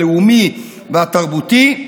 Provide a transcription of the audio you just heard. הלאומי והתרבותי,